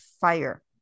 fire